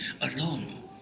alone